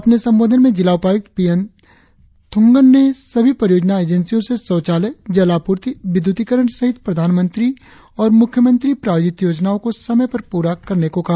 अपने संबोधन में जिला उपायुक्त पी एन थोंगन ने सभी परियोजना एजेंसियों से शौचालय जल आपूर्ति विद्युतीकरण सहित प्रधानमंत्री और मुख्यमंत्री प्रायोजित योजनाओं को समय पर पूरा करने को कहा